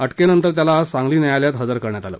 अटकेनंतर त्याला आज सांगली न्यायालयात हजर करण्यात आलं